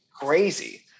crazy